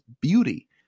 beauty